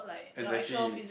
exactly